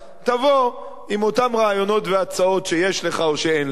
תבוא עם אותם רעיונות והצעות שיש לך או שאין לך,